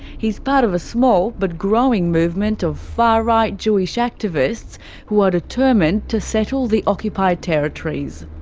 he is part of a small but growing movement of far right jewish activists who are determined to settle the occupied territories.